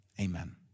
Amen